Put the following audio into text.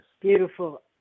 Beautiful